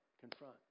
confront